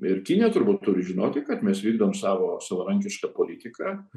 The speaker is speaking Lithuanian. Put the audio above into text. ir kinija turbūt turi žinoti kad mes vykdom savo savarankišką politiką